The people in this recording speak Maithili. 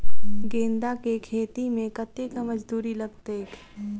गेंदा केँ खेती मे कतेक मजदूरी लगतैक?